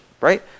right